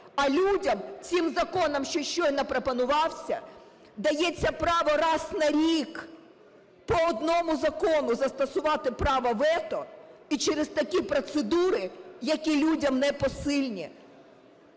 а людям цим законом, що щойно пропонувався, дається право раз на рік по одному закону застосувати право вето і через такі процедури, які людям непосильні?